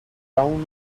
brown